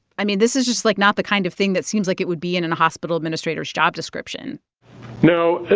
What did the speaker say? i mean, this is just, like, not the kind of thing that seems like it would be in and a hospital administrator's job description no,